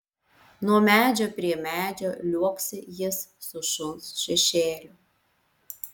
nuo medžio prie medžio liuoksi jis su šuns šešėliu